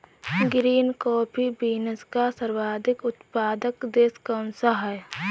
Green coffee beans का सर्वाधिक उत्पादक देश कौन सा है?